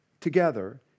together